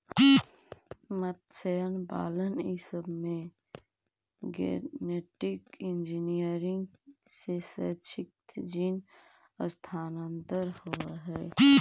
मत्स्यपालन ई सब में गेनेटिक इन्जीनियरिंग से क्षैतिज जीन स्थानान्तरण होब हई